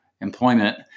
employment